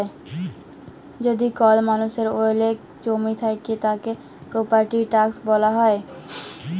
যদি কল মালুষের ওলেক জমি থাক্যে, তাকে প্রপার্টির ট্যাক্স দিতে হ্যয়